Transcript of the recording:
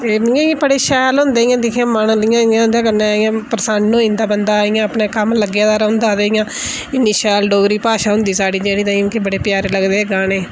एह् नेह् बडे़ शैल होंदे इ'यां दिक्खियै मन उं'दे कन्नै इ'यां प्रसन्न होई जंदा बंदा इ'यां अपने कम्म लग्गे दा रौंह्दा ते इ'यां इन्नी शैल डोगरी भाशा हुंदी साढ़ी जेह्दी ताईं कि बडे़ प्यारे लगदे एह् गाने